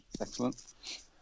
excellent